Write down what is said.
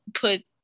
put